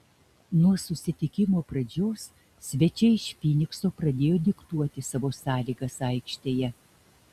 nuo susitikimo pradžios svečiai iš fynikso pradėjo diktuoti savo sąlygas aikštėje